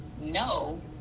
no